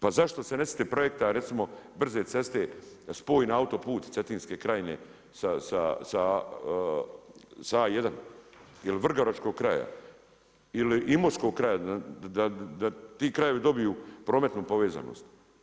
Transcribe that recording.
Pa zašto se ne sjete projekta recimo brze ceste spoj na autoput Cetinske krajine sa A1 ili Vrgoračkog kraja ili Imotskog kraja da ti krajevi dobiju prometnu povezanost?